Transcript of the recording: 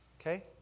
okay